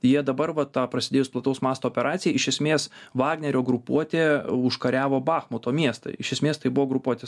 jie dabar va ta prasidėjus plataus masto operacijai iš esmės vagnerio grupuotė užkariavo bachmuto miestą iš esmės tai buvo grupuotės